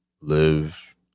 live